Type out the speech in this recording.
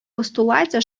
постулате